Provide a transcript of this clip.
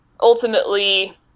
ultimately